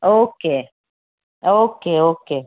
okay okay okay